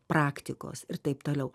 praktikos ir taip toliau